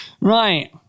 right